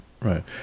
Right